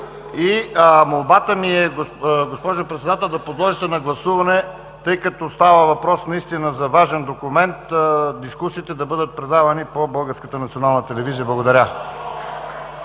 Молбата ми, госпожо Председател, да подложите на гласуване, тъй като става въпрос за важен документ, дискусиите да бъдат предавани по Българската